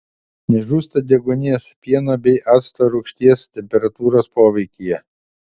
nežūsta deguonies pieno bei acto rūgšties temperatūros poveikyje